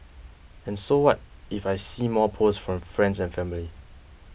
and so what if I see more posts from friends and family